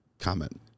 comment